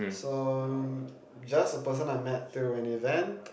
so um just a person I met through an event